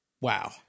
Wow